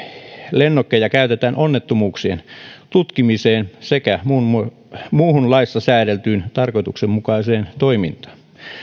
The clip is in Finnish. lennokkeja käytetään onnettomuuksien tutkimiseen sekä muuhun muuhun laissa säädeltyyn tarkoituksenmukaiseen toimintaan